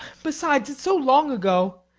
besides, it's so long ago.